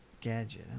Gadget